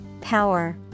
power